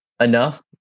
enough